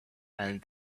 and